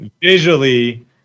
visually